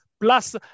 plus